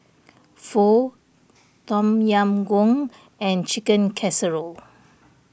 Pho Tom Yam Goong and Chicken Casserole